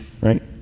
right